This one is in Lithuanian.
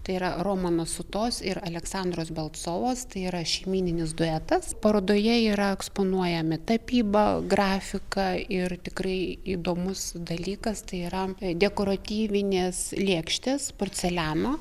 tai yra romano sutos ir aleksandros belcovos tai yra šeimyninis duetas parodoje yra eksponuojami tapyba grafika ir tikrai įdomus dalykas tai yra dekoratyvinės lėkštės porceliano